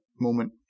moment